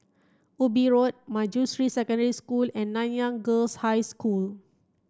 Ubi Road Manjusri Secondary School and Nanyang Girls' High School